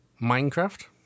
Minecraft